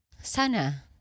Sana